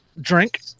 drink